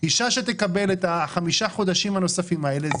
אישה שתקבל את חמשת החודשים הנוספים האלה,